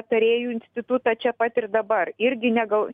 tarėjų institutą čia pat ir dabar irgi ne gal